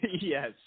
Yes